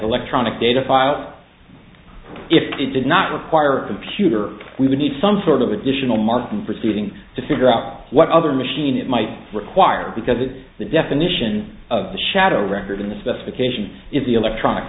electronic data file out if it did not require a computer we would need some sort of additional marking proceeding to figure out what other machine it might require because it's the definition of the shadow record in the specification is the electronic